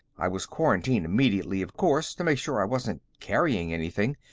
i was quarantined immediately, of course, to make sure i wasn't carrying anything.